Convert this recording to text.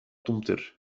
تمطر